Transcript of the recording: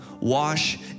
wash